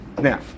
Now